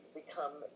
become